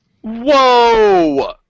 Whoa